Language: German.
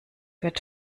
wird